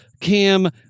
Cam